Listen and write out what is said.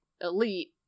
elite